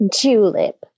Julep